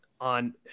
on